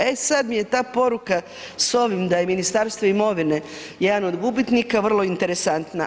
E sad mi je ta poruka s ovim da je Ministarstvo imovine jedan od gubitnika vrlo interesantna.